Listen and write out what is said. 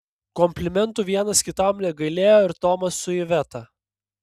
komplimentų vienas kitam negailėjo ir tomas su iveta